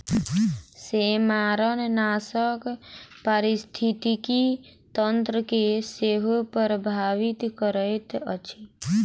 सेमारनाशक पारिस्थितिकी तंत्र के सेहो प्रभावित करैत अछि